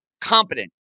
competent